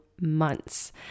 months